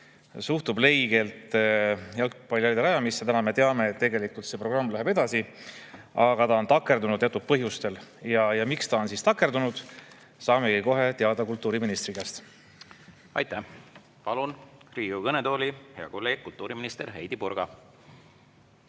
suhtub leigelt jalgpallihallide rajamisse. Täna me teame, et tegelikult see programm läheb edasi, aga on takerdunud teatud põhjustel. Miks see on siis takerdunud, saamegi kohe teada kultuuriministri käest. Aitäh! Palun Riigikogu kõnetooli hea kolleegi, kultuuriminister Heidy Purga!